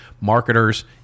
marketers